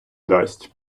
дасть